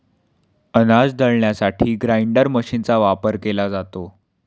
अनाज दळण्यासाठी ग्राइंडर मशीनचा वापर केला जातो